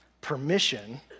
permission